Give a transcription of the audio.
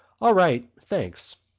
all right, thanks.